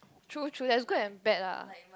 true true that's good I'm back lah